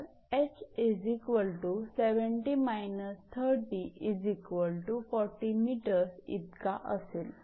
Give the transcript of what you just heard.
तर ℎ 70 − 30 40 𝑚 इतका असेल